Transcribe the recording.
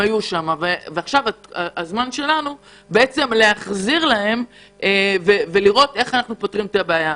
עכשיו זה הזמן שלנו להחזיר להם ולראות איך פותרים את הבעיות.